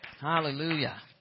hallelujah